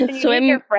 Swim